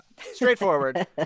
straightforward